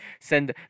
send